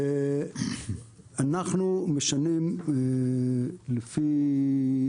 אנחנו משנים לפי,